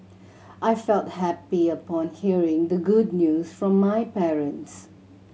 I felt happy upon hearing the good news from my parents